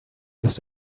this